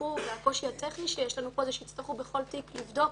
הקושי הטכני שיש לנו פה הוא שיצטרכו בכל תיק לבדוק